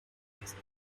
gewesen